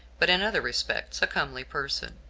but in other respects a comely person,